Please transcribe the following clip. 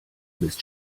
bist